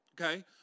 okay